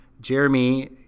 Jeremy